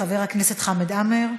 חבר הכנסת חמד עמר.